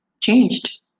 changed